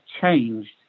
changed